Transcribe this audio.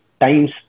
times